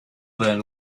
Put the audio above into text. then